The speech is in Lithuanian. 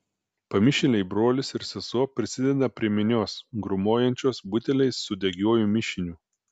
pamišėliai brolis ir sesuo prisideda prie minios grūmojančios buteliais su degiuoju mišiniu